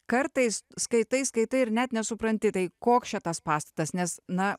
kartais skaitai skaitai ir net nesupranti tai koks čia tas pastatas nes na